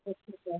नमस्ते सर